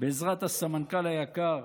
בעזרת הסמנכ"ל היקר